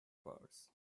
powers